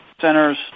centers